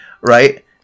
right